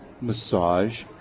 massage